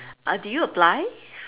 ah did you apply